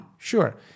Sure